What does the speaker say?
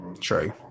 True